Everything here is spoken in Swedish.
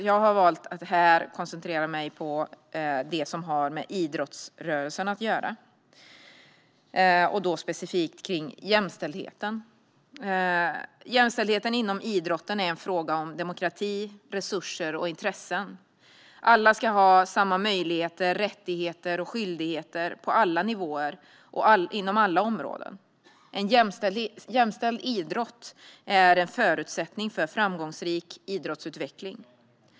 Jag har valt att här koncentrera mig på det som har med idrottsrörelsen att göra och specifikt på jämställdheten. Jämställdhet inom idrotten är en fråga om demokrati, resurser och intressen. Alla ska ha samma möjligheter, rättigheter och skyldigheter på alla nivåer och inom alla områden. En jämställd idrott är en förutsättning för framgångsrik idrottsutveckling.